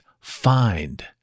find